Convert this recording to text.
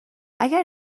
اگر